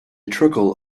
trickle